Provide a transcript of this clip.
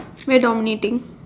where you dominating